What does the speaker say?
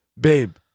babe